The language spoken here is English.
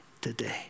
today